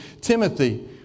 Timothy